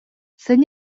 zein